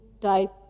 type